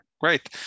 great